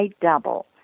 double